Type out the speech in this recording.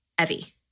Evie